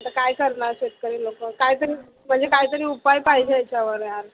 आता काय करणार शेतकरी लोकं काहीतरी म्हणजे काहीतरी उपाय पाहिजे याच्यावर यार